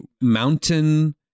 mountain